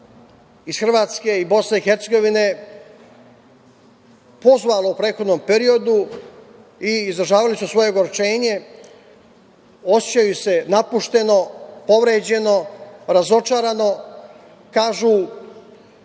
iz Hrvatske i BiH pozvalo u prethodnom periodu i izražavali su svoje ogorčenje, osećaju se napušteno, povređeno, razočarano. Kažu